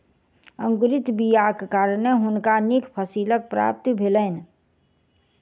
अंकुरित बीयाक कारणें हुनका नीक फसीलक प्राप्ति भेलैन